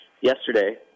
yesterday